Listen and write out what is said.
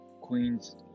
Queens